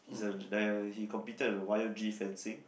he's a uh he competed with the y_o_g fencing